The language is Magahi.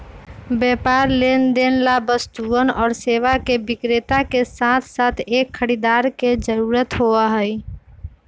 व्यापार लेनदेन ला वस्तुअन और सेवा के विक्रेता के साथसाथ एक खरीदार के जरूरत होबा हई